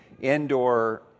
indoor